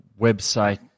website